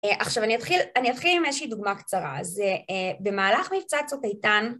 עכשיו אני אתחיל עם איזה שהיא דוגמה קצרה, אז במהלך מבצע צוק איתן